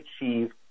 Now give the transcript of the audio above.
achieve